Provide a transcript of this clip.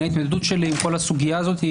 ההתנגדות שלי עם כל הסוגיה הזאת,